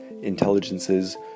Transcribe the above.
intelligences